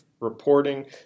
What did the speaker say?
reporting